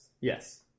Yes